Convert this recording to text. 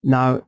Now